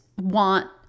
want